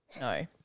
No